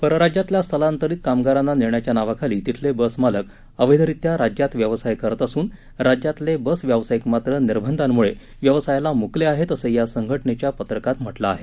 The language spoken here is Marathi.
परराज्यातल्या स्थलांतरित कामगारांना नेण्याच्या नावाखाली तिथले बसमालक अवध्यीत्या राज्यात व्यवसाय करत असून राज्यातले बस व्यावसायिक मात्र निर्बंधांमुळे व्यवसायाला मुकले आहेत असं यासंघटनेच्या पत्रकात म्हटलं आहे